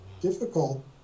difficult